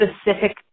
specific